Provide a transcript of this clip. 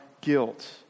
guilt